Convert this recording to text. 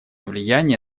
влияние